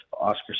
oscar